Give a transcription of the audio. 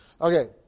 Okay